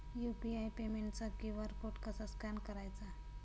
UPI पेमेंटचा QR code कसा scan करायचा?